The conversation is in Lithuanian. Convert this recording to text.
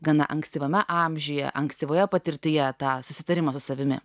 gana ankstyvame amžiuje ankstyvoje patirtyje tą susitarimą su savimi